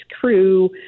crew